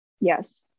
Yes